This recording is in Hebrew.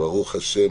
ברוך השם.